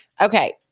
Okay